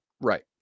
right